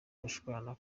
gushwana